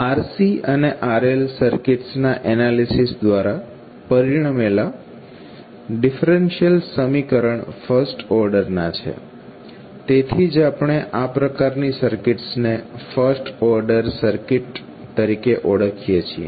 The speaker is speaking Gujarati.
RC અને RL સર્કિટ્સના એનાલિસીસ દ્વારા પરિણમેલા ડિફરેન્શિયલ સમીકરણ ફર્સ્ટ ઓર્ડર ના છે તેથી જ આપણે આ પ્રકારની સર્કિટ્સને ફર્સ્ટ ઓર્ડર સર્કિટ તરીકે ઓળખીએ છીએ